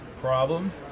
Problem